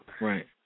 right